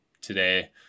today